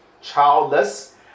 childless